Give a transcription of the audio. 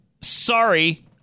Sorry